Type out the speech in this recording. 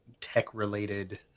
tech-related